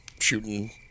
shooting